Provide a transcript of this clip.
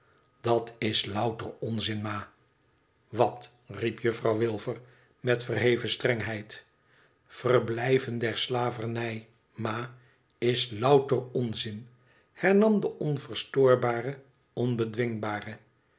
dat is louter onzin ma wat riep juffrouw wilfer met verheven strengheid verblijven der slavernij ma is louter onzin hernam de onverstoorbare onbedwingbare